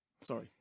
Sorry